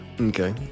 Okay